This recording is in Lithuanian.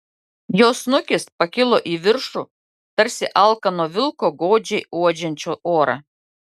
jo snukis pakilo į viršų tarsi alkano vilko godžiai uodžiančio orą